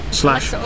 slash